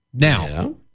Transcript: Now